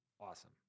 Awesome